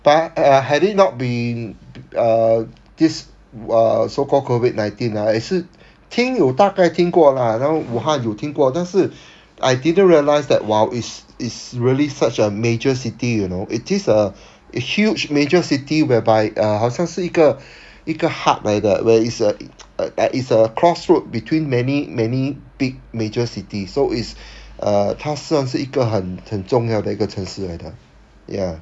then uh had it not been err this err so called COVID nineteen ah 也是听有大概听过 lah 武汉有听过但是 I didn't realize that !wow! it's it's really such a major city you know it is a huge major city whereby err 好像是一个一个 hub 来的 where it's a it's a crossroad between many many big major city so it's err 他算是一个很很重要的一个城市来的 ya